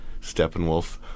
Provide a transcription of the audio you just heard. Steppenwolf